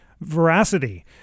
veracity